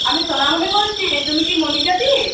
আমি সোনামণি বলছি তুমি কি মনিকাদি